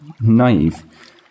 Naive